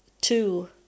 two